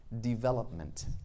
development